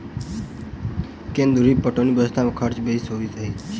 केन्द्र धुरि पटौनी व्यवस्था मे खर्च बेसी होइत अछि